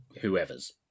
whoever's